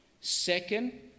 Second